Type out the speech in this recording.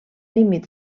límit